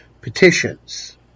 petitions